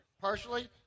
partially